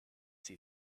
see